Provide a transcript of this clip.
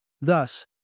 Thus